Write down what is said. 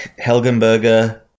Helgenberger